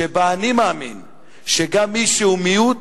שבה אני מאמין שגם מי שהוא מיעוט,